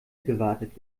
gewartet